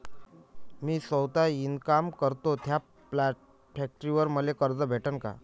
मी सौता इनकाम करतो थ्या फॅक्टरीवर मले कर्ज भेटन का?